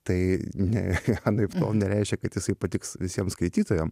tai ne anaiptol nereiškia kad jisai patiks visiem skaitytojam